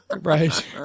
Right